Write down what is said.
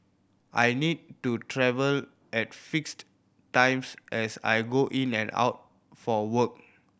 i need to travel at fixed times as I go in and out for work